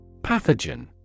Pathogen